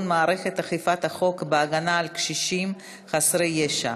מערכת אכיפת החוק בהגנה על קשישים חסרי ישע,